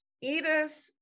Edith